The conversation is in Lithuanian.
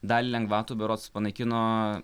dalį lengvatų berods panaikino